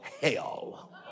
hell